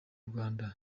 rwanda